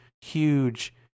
huge